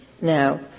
now